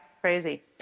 crazy